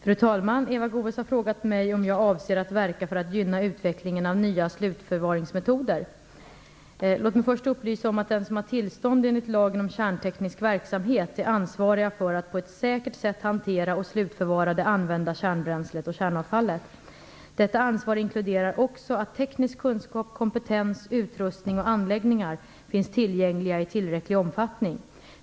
Fru talman! Eva Goës har frågat mig om jag avser att verka för att gynna utvecklingen av nya slutförvaringsmetoder. Låt mig först upplysa om att den som har tillstånd enligt lagen om kärnteknisk verksamhet är ansvarig för att på ett säkert sätt hantera och slutförvara det använda kärnbränslet och kärnavfallet. Detta ansvar inkluderar också att teknisk kunskap, kompetens, utrustning och anläggningar finns tillgängliga i tillräcklig omfattning.